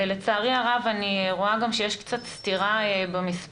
ולצערי הרב, אני רואה גם שיש קצת סתירה במספרים.